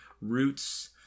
roots